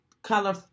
color